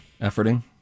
Efforting